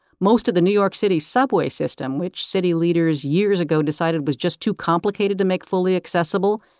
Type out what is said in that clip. most of the new york city subway system, which city leaders years ago decided was just too complicated to make fully accessible,